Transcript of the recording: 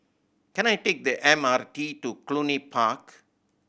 can I take the M R T to Cluny Park